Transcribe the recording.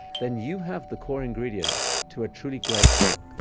then you have the core ingredient to a truly great talk,